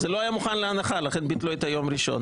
זה לא היה מוכן להנחה, לכן ביטלו את היום הראשון.